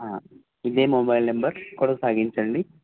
ఇదే mobile number కూడా సాగించండి